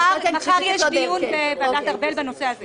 מחר יש דיון בוועדת ארבל בנושא הזה.